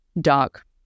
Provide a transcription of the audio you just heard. dark